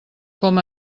com